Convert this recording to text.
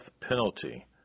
penalty